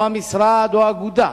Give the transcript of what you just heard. או המשרד או האגודה,